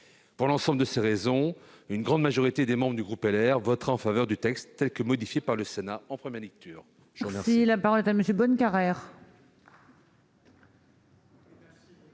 Pour l'ensemble de ces raisons, une grande majorité des membres du groupe Les Républicains votera ce texte, tel qu'il a été modifié par le Sénat en première lecture.